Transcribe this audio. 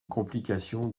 complication